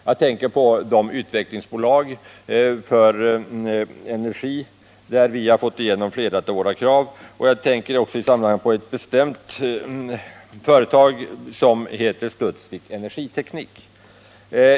Jag tänker på de utvecklingsbolag för energi där vi har fått igenom flera av våra krav, och jag tänker i sammanhanget då också på ett bestämt företag, som heter Studsvik Energiteknik AB.